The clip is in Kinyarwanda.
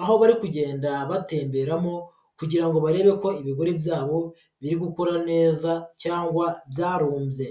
aho bari kugenda batemberamo kugira ngo barebe ko ibigori byabo, biri gukura neza cyangwa byarumbye.